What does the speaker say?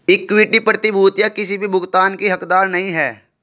equity प्रतिभूतियां किसी भी भुगतान की हकदार नहीं हैं